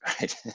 right